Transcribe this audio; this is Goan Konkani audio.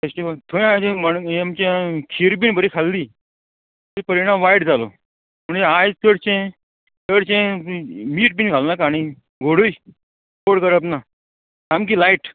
फेस्टीवल थंय हांवें मण हें आमचे खीर बीन बरी खाल्ली परिणाम वायट जालो म्हणजे आयज चडशें चडशें मीठ बीन घाल नाका आनी घोडूय गोड करप ना सामकी लायट